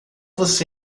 você